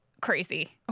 crazy